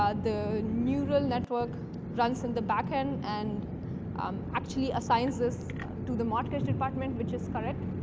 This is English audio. ah the neutral network runs in the backend and um actually assigns this to the mortgage department, which is correct.